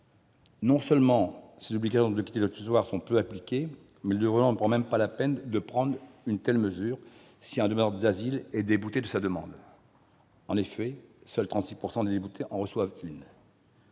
Non seulement ces obligations de quitter le territoire sont peu appliquées, mais le Gouvernement ne prend même pas la peine de prendre une telle mesure quand un demandeur d'asile est débouté de sa demande ; en effet, seuls 36 % des déboutés en reçoivent une.